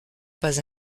pas